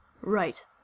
Right